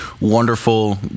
wonderful